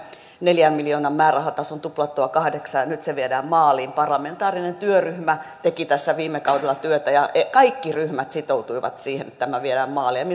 neljän miljoonan määrärahatason tuplattua kahdeksaan miljoonaan ja nyt se viedään maaliin parlamentaarinen työryhmä teki tässä viime kaudella työtä ja kaikki ryhmät sitoutuivat siihen että tämä viedään maaliin